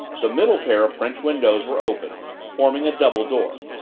the middle pair of french windows were open, forming a double door.